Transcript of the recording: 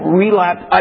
relapse